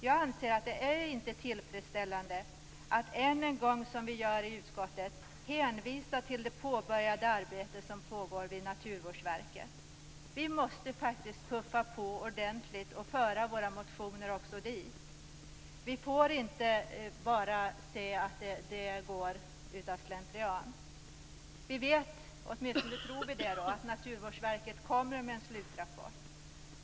Jag anser att det inte är tillfredsställande att än en gång, som vi gör i utskottet, hänvisa till det påbörjade arbete som pågår vid Naturvårdsverket. Vi måste faktiskt puffa på ordentligt och föra motioner också dit. Vi får inte bara låta det hela gå av slentrian. Vi vet, åtminstone tror vi det, att Naturvårdsverket kommer med en slutrapport.